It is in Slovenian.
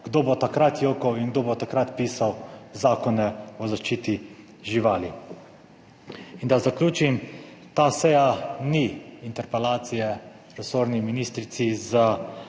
Kdo bo takrat jokal in kdo bo takrat pisal zakone o zaščiti živali? In da zaključim, ta seja ni interpelacije resorni ministrici za